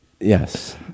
Yes